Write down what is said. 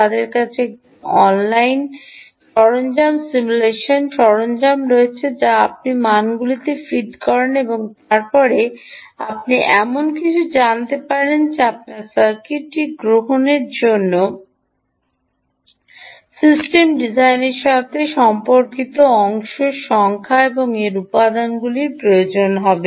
তাদের কাছে একটি অনলাইন সরঞ্জাম সিমুলেশন সরঞ্জাম রয়েছে যা আপনি মানগুলিতে ফিড করেন এবং তারপরে আপনি এমন কিছুকে জানতে পারবেন যে আপনার সার্কিটটি গ্রহণের জন্য সিস্টেম ডিজাইনের সাথে সম্পর্কিত অংশ সংখ্যা এবং এর উপাদানগুলির প্রয়োজন হবে